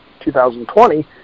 2020